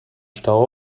stau